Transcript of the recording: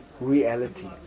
reality